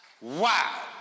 Wow